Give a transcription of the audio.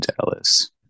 Dallas